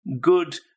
Good